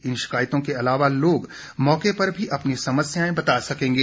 इन शिकायतों के अलावा लोग मौके पर भी अपनी समस्याएं बता सकेंगे